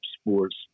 sports